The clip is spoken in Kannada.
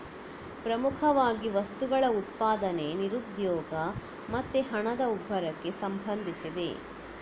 ಪ್ರಮುಖವಾಗಿ ವಸ್ತುಗಳ ಉತ್ಪಾದನೆ, ನಿರುದ್ಯೋಗ ಮತ್ತೆ ಹಣದ ಉಬ್ಬರಕ್ಕೆ ಸಂಬಂಧಿಸಿದೆ